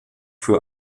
für